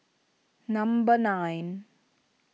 number nine